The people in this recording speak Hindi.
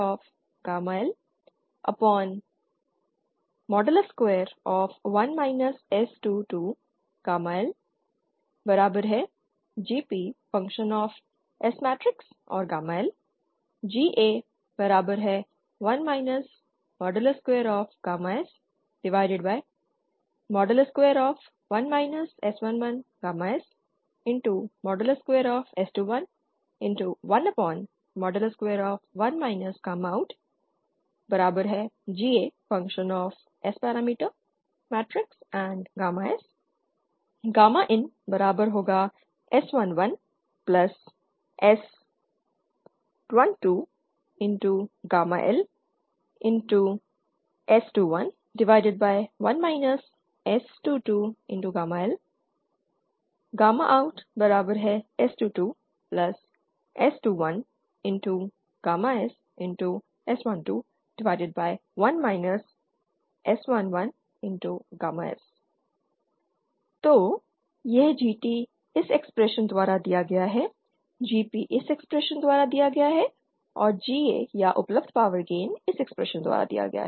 GT1 S21 S11S2S2121 L21 outL2GTSSL GP11 IN2S2121 L21 S22L2GPSL GA1 S21 S11S2S21211 out2GASS INS11S12LS211 S22L outS22S21SS121 S11S तो यह GT इस एक्सप्रेशन द्वारा दिया गया है GP इस एक्सप्रेशन द्वारा दिया गया है और GA या उपलब्ध पावर गेन इस एक्सप्रेशन द्वारा दिया गया है